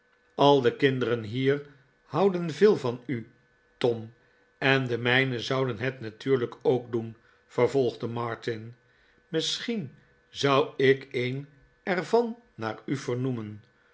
al de kinderen hier houden veel van u tom en de mijne zouden het natuurlijk ook doen vervolgde martin misschien zou ik een er van naar u